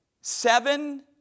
seven